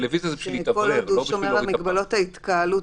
כל עוד הוא שומר על מגבלות ההתקהלות.